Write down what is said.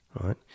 Right